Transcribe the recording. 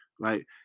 right